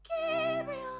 Gabriel